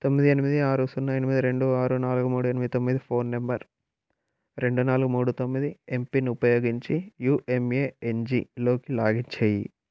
తొమ్మిది ఎనిమిది ఆరు సున్నా ఎనిమిది రెండు ఆరు నాలుగు మూడు ఎనిమిది తొమ్మిది ఫోన్ నెంబర్ రెండు నాలుగు మూడు తొమ్మిది ఎంపిన్ ఉపయోగించి యూయంఏయన్జి లోకి లాగిన్ చెయ్యి